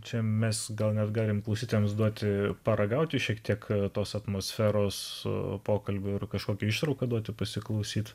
čia mes gal net galime klausytojams duoti paragauti šiek tiek tos atmosferos su pokalbiu ir kažkokį ištrauką duoti pasiklausyti